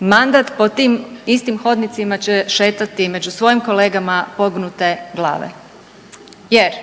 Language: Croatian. mandat po tim istim hodnicima će šetati među svojim kolegama pognute glave. Jer